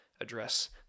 address